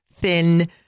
thin